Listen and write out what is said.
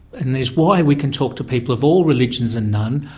and is why we can talk to people of all religions and none,